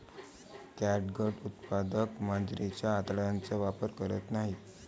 catgut उत्पादक मांजरीच्या आतड्यांचा वापर करत नाहीत